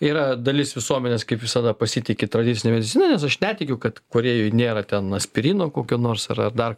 yra dalis visuomenės kaip visada pasitiki tradicine medicina nes aš netikiu kad korėjoj nėra ten aspirino kokio nors ar ar dar